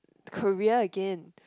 Korea again